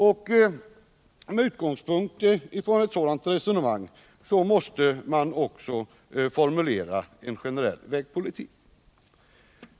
Med utgångspunkt i ett sådant resonemang måste man även formulera en generell vägpolitik.